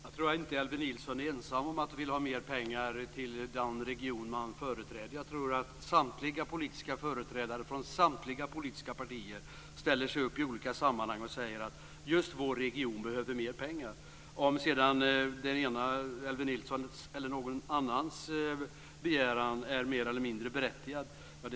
Fru talman! Jag tror inte att Elver Nilsson är ensam om att vilja ha mer pengar till den region man företräder. Jag tror att samtliga politiska företrädare från samtliga politiska partier ställer sig upp i olika sammanhang och säger att just deras region behöver mer pengar. Jag ska inte stå här och ha någon uppfattning om Elver Nilssons eller någon annans begäran är mer eller mindre berättigad.